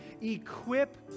equip